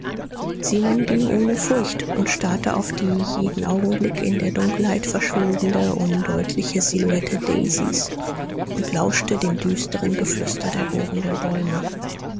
zenon ging ohne furcht und starrte auf die jeden augenblick in der dunkelheit verschwindende undeutliche silhouette daisys und lauschte dem düsteren geflüster der wogenden bäume